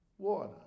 water